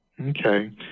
Okay